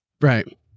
Right